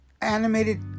animated